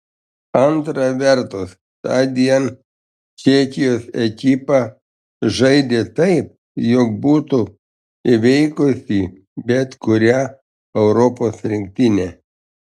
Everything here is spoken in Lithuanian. antra vertus tądien čekijos ekipa žaidė taip jog būtų įveikusi bet kurią europos rinktinę